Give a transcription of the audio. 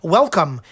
Welcome